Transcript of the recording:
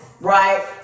right